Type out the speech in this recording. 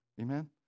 Amen